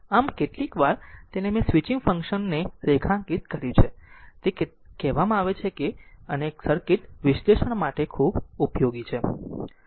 આમ કેટલીક વાર તેને મેં સ્વિચિંગ ફંક્શનને રેખાંકિત કર્યું છે તે કહેવામાં આવે છે અને સર્કિટ વિશ્લેષણ માટે ખૂબ ઉપયોગી છે